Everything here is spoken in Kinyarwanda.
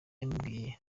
yamubwiye